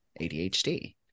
ADHD